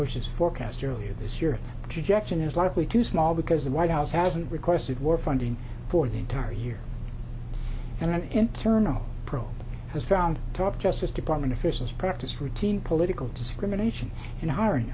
bush's forecast earlier this year dejection is likely too small because the white house hasn't requested war funding for the entire year and an internal probe has found top justice department officials practice routine political discrimination in hiring